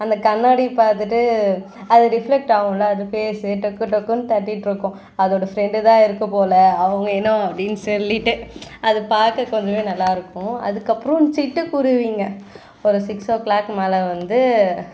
அந்த கண்ணாடி பார்த்துட்டு அது ரிஃப்லெக்ட் ஆகும்லே அது ஃபேஸ்ஸு டொக்கு டொக்குன்னு தட்டிகிட்ருக்கும் அதோடய ஃப்ரெண்டு தான் இருக்குது போல் அவங்க இன்னும் அப்படின்னு சொல்லிகிட்டு அது பார்க்க கொஞ்சவே நல்லாயிருக்கும் அதுக்கப்புறம் சிட்டுக்குருவிங்கள் ஒரு சிக்ஸ் ஓ க்ளாக் மேலே வந்து